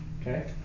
Okay